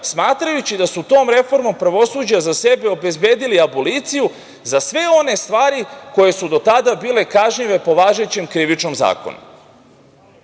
smatrajući da su tom reformom pravosuđa za sebe obezbedili aboliciju za sve one stvari koje su do tada bile kažnjive po važećem krivičnom zakonu. Godine